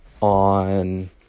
on